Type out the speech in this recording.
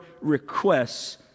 requests